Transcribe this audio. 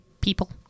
People